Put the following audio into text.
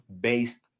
based